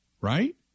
right